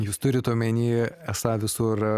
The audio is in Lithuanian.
jūs turit omeny esą visur